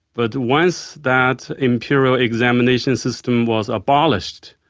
but once that imperial examination system was abolished,